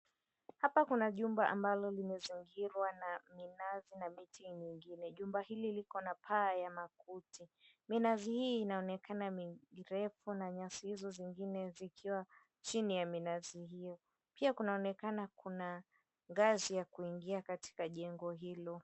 Hapa kuna jumba ambalo limezingirwa na minazi na miti mingine. Jumba hill liko na paa ya makuti. Minazi hii inaonekana ni mirefu na nyasi hizo zikiwa chini ya minazi hiyo. Pia kunaonekana kuna ngazi ya kuingia katika jengo hilo.